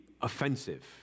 offensive